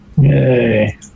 Yay